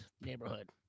neighborhood